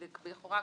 לכאורה,